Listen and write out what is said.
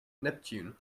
neptune